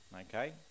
okay